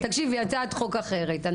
תקשיבי, הצעת חוק אחרת.